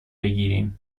بگیریم